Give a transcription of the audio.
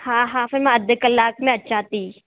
हा हा फिर मां अधि कलाकु में अचां थी